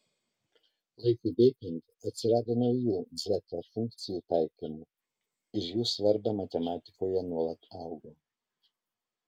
laikui bėgant atsirado naujų dzeta funkcijų taikymų ir jų svarba matematikoje nuolat augo